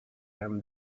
him